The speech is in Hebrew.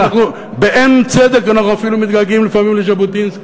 באין צדק אנחנו אפילו מתגעגעים לפעמים לז'בוטינסקי.